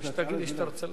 כשתגיד לי שאתה רוצה